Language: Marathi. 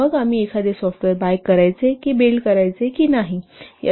मग आम्ही एखादे सॉफ्टवेअर बाय करायचे की बिल्ड करायचे की नाही याचा योग्य निर्णय घेऊ